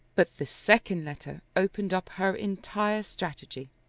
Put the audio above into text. but the second letter opened up her entire strategy.